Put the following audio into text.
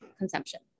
consumption